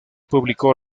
publicó